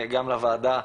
גם לוועדה,